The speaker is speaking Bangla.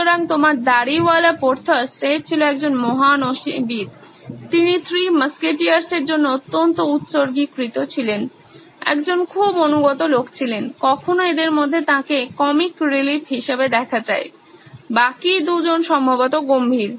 সুতরাং তোমার দাড়িওয়ালা পোর্থস সে ছিল একজন মহান অশিবিদ্ তিনি থ্রি মাস্কেটিয়ার্স এর জন্য অত্যন্ত উৎসর্গীকৃত ছিলেন একজন খুব অনুগত লোক ছিলেন কখনো এদের মধ্যে তাঁকে কমিক রিলিফ হিসেবে দেখা যায় বাকি দুজন সম্ভবত গম্ভীর